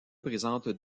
présente